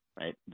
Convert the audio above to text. Right